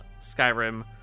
Skyrim